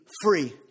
free